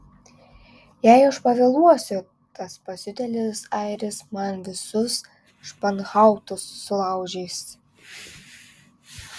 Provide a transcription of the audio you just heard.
jei aš pavėluosiu tas pasiutėlis airis man visus španhautus sulaužys